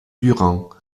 durand